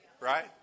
right